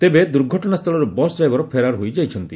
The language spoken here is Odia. ତେବେ ଦୁର୍ଘଟଣାସ୍ସୁଳରୁ ବସ୍ ଡ୍ରାଇଭର ଫେରାର ହୋଇଯାଇଛନ୍ତି